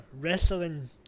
wrestling